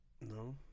no